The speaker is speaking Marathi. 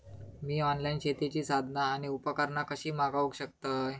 मी ऑनलाईन शेतीची साधना आणि उपकरणा कशी मागव शकतय?